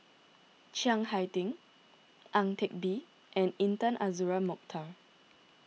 Chiang Hai Ding Ang Teck Bee and Intan Azura Mokhtar